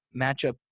matchup